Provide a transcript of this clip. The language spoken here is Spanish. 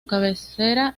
cabecera